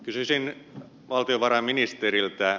kysyisin valtiovarainministeriltä